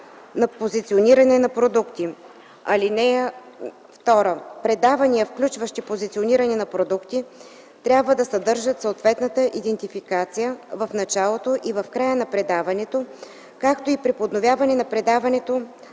на позициониране на продукти. (2) Предавания, включващи позициониране на продукти, трябва да съдържат съответната идентификация в началото и в края на предаването, както и при подновяването на предаването